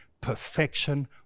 perfection